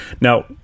now